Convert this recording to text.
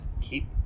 Keep